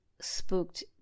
spooked